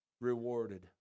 rewarded